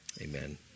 amen